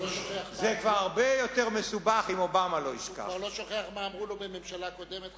הוא כבר לא שוכח מה אמרו לו בממשלה קודמת,